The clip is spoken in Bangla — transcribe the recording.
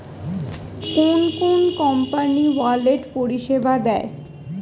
কোন কোন কোম্পানি ওয়ালেট পরিষেবা দেয়?